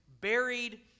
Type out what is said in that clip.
buried